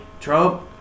Trump